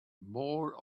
more